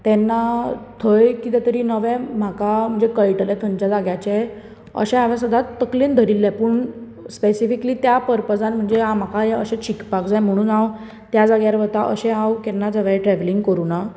तेन्ना थंय कितें तरी नवें म्हाका म्हणजे कळटालें थंयचे जाग्याचें अशें हांवें सदांत तकलेंत दवरिल्लें पूण स्पेसिफिक्ली त्या पर्पसान म्हणजें म्हाका कितें शिकपाक जाय म्हणून हांव त्या जाग्यार वतां अशें हांवें केन्ना ट्रॅवलिंग करुना